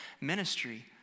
ministry